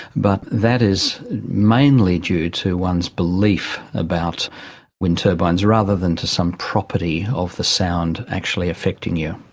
but that is mainly due to one's belief about wind turbines, rather than to some property of the sound actually affecting you.